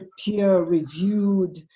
peer-reviewed